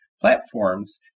platforms